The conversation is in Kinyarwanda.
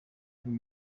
ibi